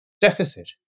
deficit